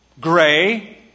gray